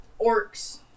orcs